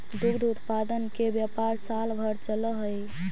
दुग्ध उत्पादन के व्यापार साल भर चलऽ हई